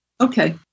Okay